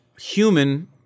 human